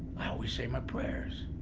i always say my prayers.